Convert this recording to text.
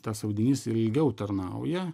tas audinys ilgiau tarnauja